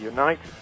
Unite